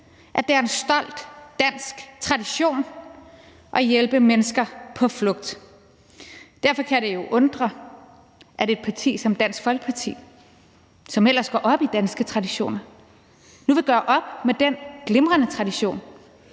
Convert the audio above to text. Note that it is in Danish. at det er en stolt dansk tradition at hjælpe mennesker på flugt. Derfor kan det jo undre, at et parti som Dansk Folkeparti, som ellers går op i danske traditioner, nu vil gøre op med den glimrende tradition,